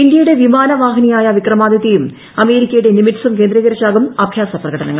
ഇന്ത്യയുടെ വിമാന വാഹിനിയായ വിക്രമാദിത്യയും അമേരിക്കയുടെ നിമിറ്റ്സും കേന്ദ്രീകരിച്ചാകും അഭ്യാസ പ്രകടനങ്ങൾ